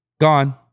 gone